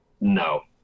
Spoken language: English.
no